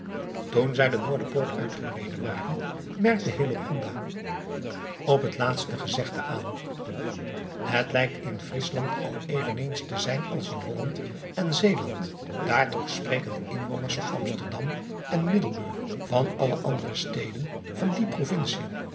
oen zij de oorderpoort uitgereden waren merkte op het laatste gezegde aan et lijkt in riesland al even eens te zijn als in olland en eeland aar toch spreken de inwoners van msterdam en iddelburg van alle andere steden van die rovincien